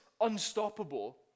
unstoppable